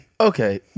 Okay